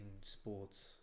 sports